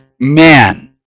man